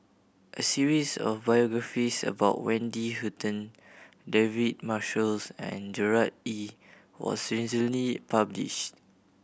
a series of biographies about Wendy Hutton David Marshalls and Gerard Ee was recently publish